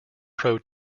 pro